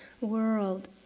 world